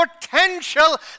potential